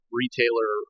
retailer